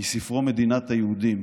מספרו "מדינת היהודים",